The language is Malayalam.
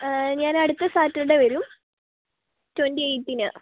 ഞാൻ അടുത്ത സാറ്റർഡേ വരും ട്വൻറ്റി എയിറ്റിന്